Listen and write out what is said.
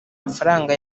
mafaranga